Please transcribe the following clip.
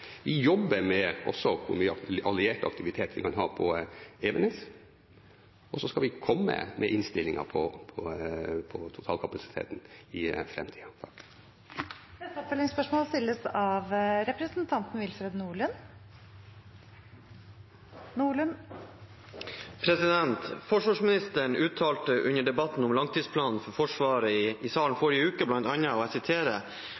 Vi jobber også med hvor mye alliert aktivitet vi kan ha på Evenes, og så skal vi komme med innstillingen på totalkapasiteten i framtida. Willfred Nordlund – til oppfølgingsspørsmål. Forsvarsministeren uttalte under debatten om langtidsplanen for Forsvaret i salen i forrige uke bl.a.: «Og jeg